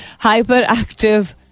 hyperactive